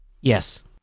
Yes